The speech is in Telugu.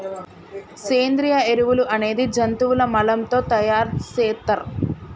సేంద్రియ ఎరువులు అనేది జంతువుల మలం తో తయార్ సేత్తర్